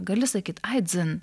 gali sakyti ai dzin